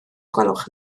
gwelwch